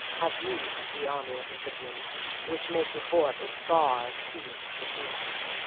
have view'd the army of the scythians which make report it far exceeds the king's.